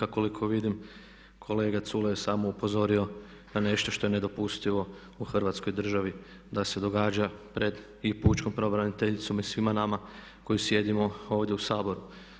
A koliko vidim kolega Culej je samo upozorio na nešto što je nedopustivom u hrvatskoj državi da se događa pred i pučkom pravobraniteljicom i svima nama koji sjedimo ovdje u Saboru.